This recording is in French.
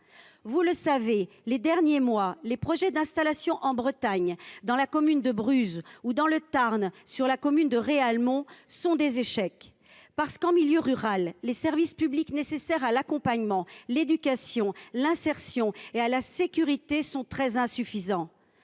Vous le savez, ces derniers mois, les projets d’installation en Bretagne, dans la commune de Bruz, ou dans le Tarn, dans la commune de Réalmont, sont des échecs. En effet, en milieu rural, les services publics nécessaires à l’accompagnement, à l’éducation, à l’insertion et à la sécurité sont très insuffisants.